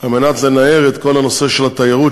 על מנת לנער את כל נושא התיירות,